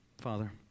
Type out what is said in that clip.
Father